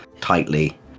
tightly